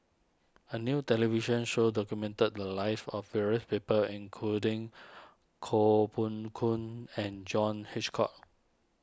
a new television show documented the lives of various people including Koh Poh Koon and John Hitchcock